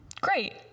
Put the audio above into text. great